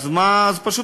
אז מה קורה?